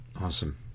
awesome